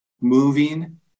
moving